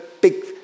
big